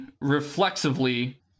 reflexively